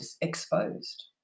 exposed